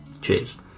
Cheers